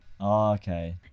okay